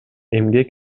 эмгек